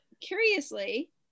curiously